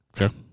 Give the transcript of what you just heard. Okay